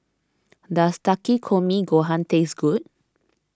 does Takikomi Gohan taste good